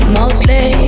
mostly